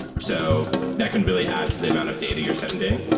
so that can really add to the amount of data you're sending.